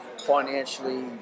financially